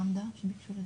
עמדה יש לנו את נתי